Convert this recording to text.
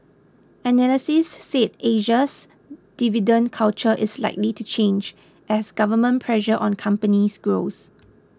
analysts said Asia's dividend culture is likely to change as government pressure on companies grows